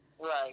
Right